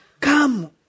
come